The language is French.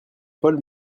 paul